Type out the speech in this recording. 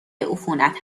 عفونت